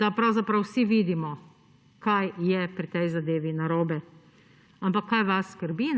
da pravzaprav vsi vidimo, kaj je pri tej zadevi narobe. Ampak kaj vas skrbi?